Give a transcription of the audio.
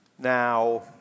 Now